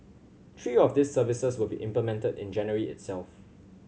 three of these services will be implemented in January itself